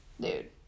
Dude